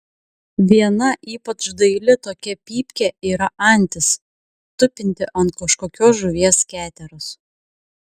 viena ypač daili tokia pypkė yra antis tupinti ant kažkokios žuvies keteros